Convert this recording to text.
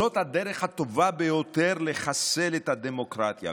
זאת הדרך הטובה ביותר לחסל את הדמוקרטיה.